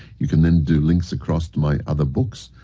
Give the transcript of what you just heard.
you can then do links across to my other books.